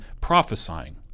prophesying